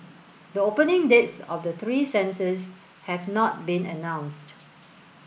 the opening dates of the three centres have not been announced